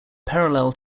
parallel